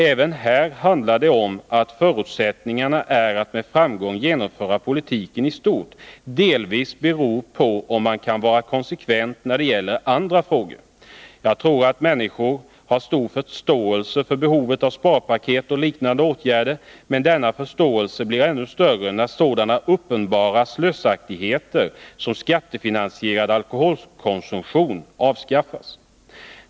Även här handlar det om att förutsättningarna att med framgång genomföra politiken i stort delvis beror på om man kan vara konsekvent när det gäller andra frågor. Jag tror att människor har stor förståelse för behovet av sparpaket och liknande åtgärder. Men denna förståelse blir ännu större när sådana uppenbara slösaktigheter som skattefinansierad alkoholkonsumtion har avskaffats.